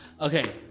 Okay